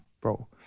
bro